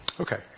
Okay